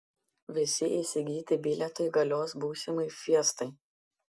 visi įsigyti bilietai galios būsimai fiestai